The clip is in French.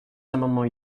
amendements